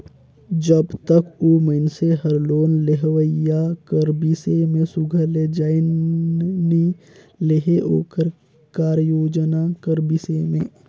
जब तक ओ मइनसे हर लोन लेहोइया कर बिसे में सुग्घर ले जाएन नी लेहे ओकर कारयोजना कर बिसे में